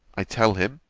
i tell him,